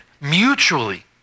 mutually